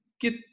get